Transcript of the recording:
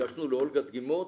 הגשנו לאולגה דגימות